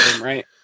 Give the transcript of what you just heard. right